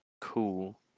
cool